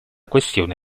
questione